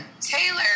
Taylor